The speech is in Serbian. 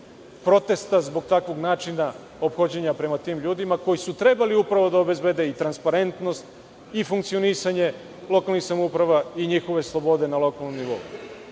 protesta zbog takvog načina ophođenja prema tim ljudima koji su trebali upravo da obezbede i transparentnost i funkcionisanje lokalnih samouprava i njihove slobode na lokalnom nivou.